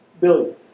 billion